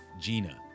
Gina